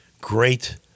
great